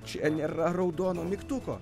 čia nėra raudono mygtuko